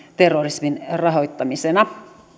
terrorismin rahoittamisena